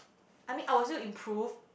I mean I will still improve